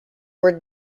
were